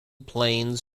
plains